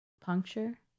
Puncture